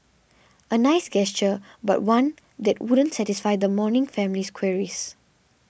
a nice gesture but one that won't satisfy the mourning family's queries